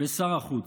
בשר החוץ.